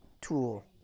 tool